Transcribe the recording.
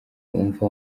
umva